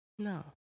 No